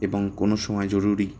এবং কোনো সময় জরুরি